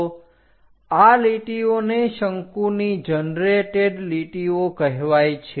તો આ લીટીઓને શંકુની જનરેટેડ લીટીઓ કહેવાય છે